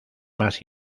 más